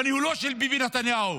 בניהולו של ביבי נתניהו.